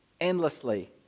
endlessly